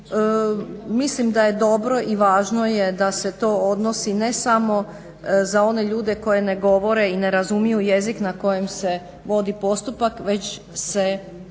Mislim da je dobro i važno je da se to odnosi ne samo za one ljude koji ne govore i ne razumiju jezik na kojem se vodi postupak, već i za sve